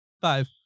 five